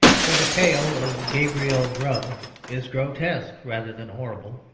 for the tale of gabriel grubb is grotesque rather than horrible,